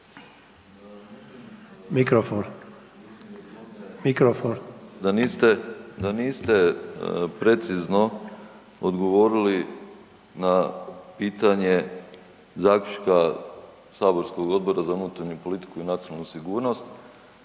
da niste precizno odgovorili na pitanje zaključka Saborskog odbora za unutarnju politiku i nacionalnu sigurnost